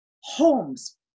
homes